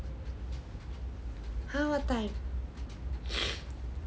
!huh! what time